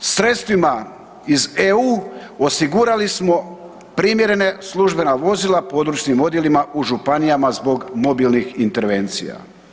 Sredstvima iz EU osigurali smo primjerene službena vozila područnim odjelima u županijama zbog mobilnih intervencija.